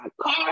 car